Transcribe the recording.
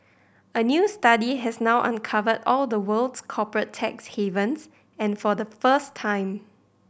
a new study has now uncovered all the world's corporate tax havens and for the first time